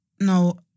No